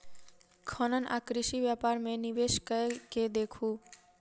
खनन आ कृषि व्यापार मे निवेश कय के देखू